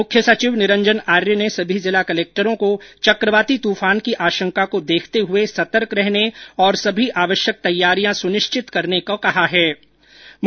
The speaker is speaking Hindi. मुख्य सचिव निरंजन आर्य ने सभी जिला कलेक्टरो को चक्रवाती तूफान की आशंका को देखते हुए सतर्क रहर्न और सभी आवश्यक तैयारियां सुनिश्चित करने के निर्देश दिए